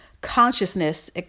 consciousness